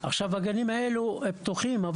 עכשיו הגנים האלו פתוחים,